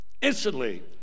Instantly